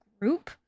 group